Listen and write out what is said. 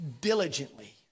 diligently